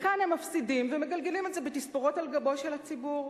וכאן הם מפסידים ומגלגלים את ההפסדים על גבו של הציבור.